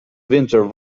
winter